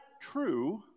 true